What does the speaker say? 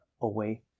away